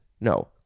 No